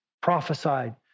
prophesied